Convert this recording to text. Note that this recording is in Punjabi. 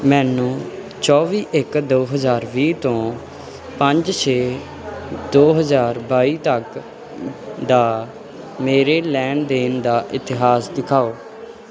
ਮੈਨੂੰ ਚੌਵੀ ਇੱਕ ਦੋ ਹਜ਼ਾਰ ਵੀਹ ਤੋਂ ਪੰਜ ਛੇ ਦੋ ਹਜ਼ਾਰ ਬਾਈ ਤੱਕ ਦਾ ਮੇਰੇ ਲੈਣ ਦੇਣ ਦਾ ਇਤਿਹਾਸ ਦਿਖਾਓ